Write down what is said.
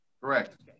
Correct